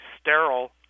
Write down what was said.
sterile